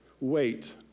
wait